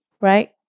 right